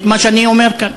את מה שאני אומר כאן.